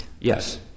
Yes